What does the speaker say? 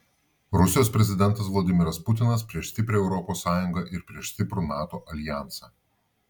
rusijos prezidentas vladimiras putinas prieš stiprią europos sąjungą ir prieš stiprų nato aljansą